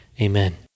Amen